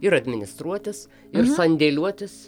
ir administruotis ir sandėliuotis